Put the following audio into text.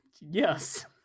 Yes